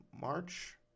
march